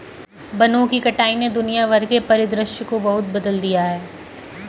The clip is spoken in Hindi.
वनों की कटाई ने दुनिया भर के परिदृश्य को बहुत बदल दिया है